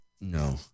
No